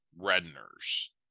Redner's